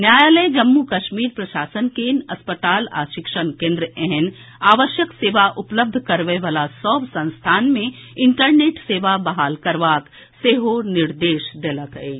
न्यायालय जम्मू कश्मीर प्रशासन के अस्पताल आ शिक्षण केन्द्र एहेन आवश्यक सेवा उपलब्ध करबय वला सभ संस्थान मे इंटरनेट सेवा बहाल करबाक सेहो निर्देश देलक अछि